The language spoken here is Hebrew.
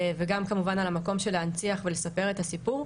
וגם כמובן על המקום של להנציח ולספר את הסיפור,